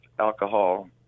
alcohol